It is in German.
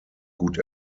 gut